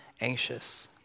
anxious